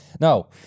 No